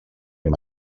hem